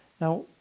Now